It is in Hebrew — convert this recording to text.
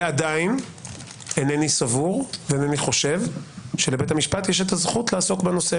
ועדיין אינני סבור ואינני חושב שלבית המשפט יש את הזכות לעסוק בנושא,